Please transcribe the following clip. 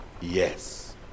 Yes